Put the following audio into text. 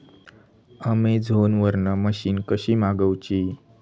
Amazon वरन machine कशी मागवची?